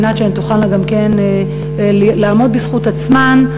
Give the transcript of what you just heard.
כדי שהן תוכלנה גם לעמוד בזכות עצמן,